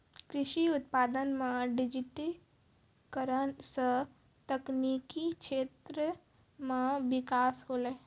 कृषि उत्पादन मे डिजिटिकरण से तकनिकी क्षेत्र मे बिकास होलै